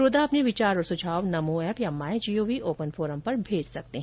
श्रोता अपने विचार और सुझाव नमो एप या माई जीओवी ओपन फोरम पर भेज सकते हैं